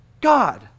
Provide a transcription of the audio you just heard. God